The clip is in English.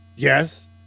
Yes